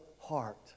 heart